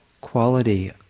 quality